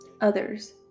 others